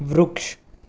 વૃક્ષ